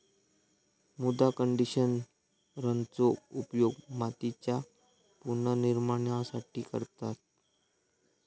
मृदा कंडिशनरचो उपयोग मातीच्या पुनर्निर्माणासाठी करतत